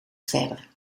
verder